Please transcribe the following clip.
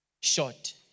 short